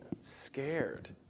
scared